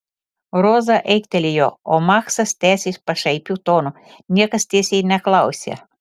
roza aiktelėjo o maksas tęsė pašaipiu tonu niekas tiesiai neklausia